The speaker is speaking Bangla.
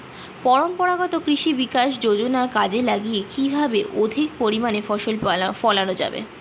পরম্পরাগত কৃষি বিকাশ যোজনা কাজে লাগিয়ে কিভাবে অধিক পরিমাণে ফসল ফলানো যাবে?